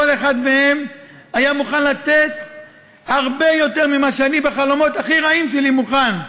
כל אחד מהם היה מוכן לתת הרבה יותר ממה שאני בחלומות הכי רעים שלי מוכן,